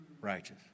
Righteous